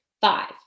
Five